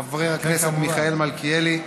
חבר הכנסת מיכאל מלכיאלי,